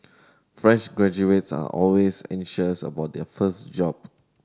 fresh graduates are always anxious about their first job